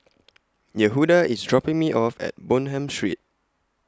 Yehuda IS dropping Me off At Bonham Street